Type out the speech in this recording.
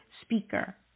speaker